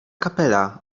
kapela